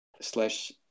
slash